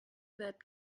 that